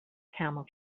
camel